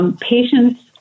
Patients